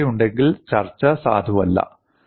വക്രതയുണ്ടെങ്കിൽ ചർച്ച സാധുവല്ല